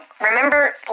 remember